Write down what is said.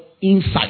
insight